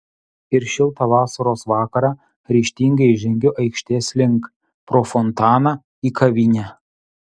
ir šiltą vasaros vakarą ryžtingai žengiu aikštės link pro fontaną į kavinę